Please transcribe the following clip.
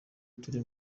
turi